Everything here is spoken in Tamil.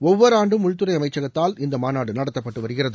ஒவ்வொரு ஆண்டும் உள்துறை அமைச்சகத்தால் இந்த மாநாடு நடத்தப்பட்டு வருகிறது